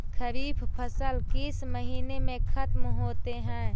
खरिफ फसल किस महीने में ख़त्म होते हैं?